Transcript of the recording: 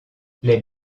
les